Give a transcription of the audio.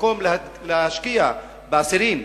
במקום להשקיע באסירים,